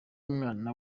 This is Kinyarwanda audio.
umwana